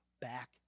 back